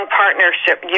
partnership